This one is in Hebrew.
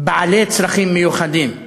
"בעלי צרכים מיוחדים"